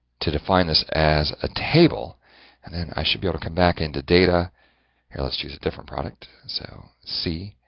to define this as a table and then i should be able to come, back into data here let's choose a different product. so, c